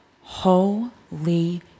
holy